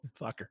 fucker